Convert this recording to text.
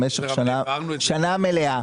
במשך שנה מלאה.